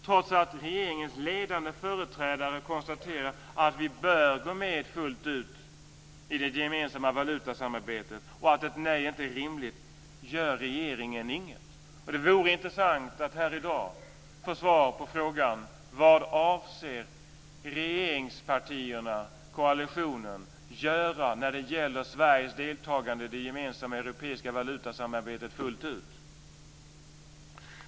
Trots att regeringens ledande företrädare konstaterar att vi bör gå med fullt ut i det gemensamma valutasamarbetet och att ett nej inte är rimligt gör regeringen inget. Det vore intressant att här i dag få svar på frågan vad regeringspartierna, koalitionen, avser att göra när det gäller Sveriges deltagande i det gemensamma europeiska valutasamarbetet fullt ut.